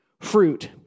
fruit